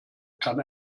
kann